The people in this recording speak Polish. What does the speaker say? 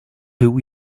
był